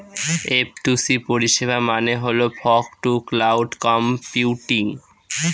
F two C পরিষেবা মানে হল ফগ টু ক্লাউড কম্পিউটিং